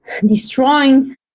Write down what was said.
destroying